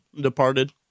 departed